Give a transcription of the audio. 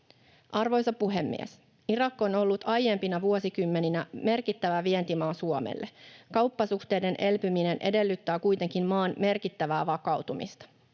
Arvoisa puhemies! Irak on ollut aiempina vuosikymmeninä merkittävä vientimaa Suomelle. Kauppasuhteiden elpyminen edellyttää kuitenkin maan merkittävää vakautumista.